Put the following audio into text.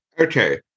Okay